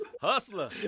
Hustler